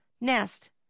NEST